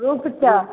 रूपचन